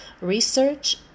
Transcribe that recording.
research